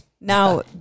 now